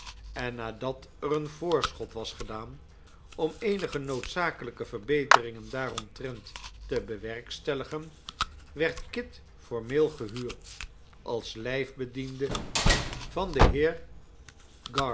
en nadat er een voorschot was gedaan om eenige noodzakelijke verbeteringen daaromtrent te bewerkstelligen werd kit formeel gehuurd als lijfbediende van den heer